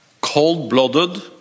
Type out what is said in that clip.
cold-blooded